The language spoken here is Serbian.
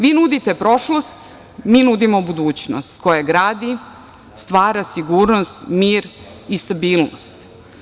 Vi nudite prošlost, mi nudimo budućnost koja gradi, stvara sigurnost, mir i stabilnost.